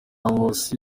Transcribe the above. nkusi